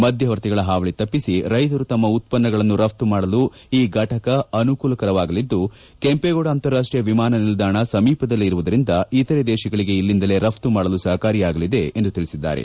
ಮಧ್ಯವರ್ತಿಗಳ ಹಾವಳಿ ತಪ್ಪಿಸಿ ರೈತರು ತಮ್ಮ ಉತ್ಪನ್ನಗಳನ್ನು ರಪ್ತು ಮಾಡಲು ಈ ಘಟಕ ಅನುಕೂಲವಾಗಲಿದ್ದು ಕೆಂಪೇಗೌಡ ಅಂತಾರಾಷ್ಟೀಯ ವಿಮಾನ ನಿಲ್ದಾಣ ಸಮೀಪದಲ್ಲೇ ಇರುವುದರಿಂದ ಇತರೆ ದೇಶಗಳಿಗೆ ಇಲ್ಲಿಂದಲೇ ರಪ್ತು ಮಾಡಲು ಸಹಕಾರಿಯಾಗಲಿದೆ ಎಂದು ತಿಳಿಸಿದ್ದಾರೆ